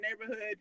neighborhood